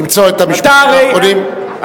למצוא את המשפטים האחרונים.